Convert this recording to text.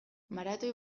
maratoi